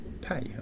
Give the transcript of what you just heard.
pay